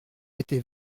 était